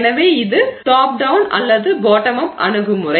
எனவே இது top down அல்லது பாட்டம் அப் அணுகுமுறை